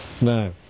No